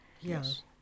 Yes